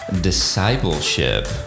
discipleship